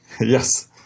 Yes